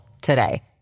today